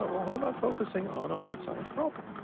but well, how about focusing on a hard science problem?